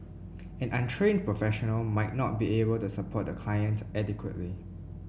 an untrained professional might not be able to support the client adequately